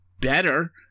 better